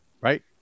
Right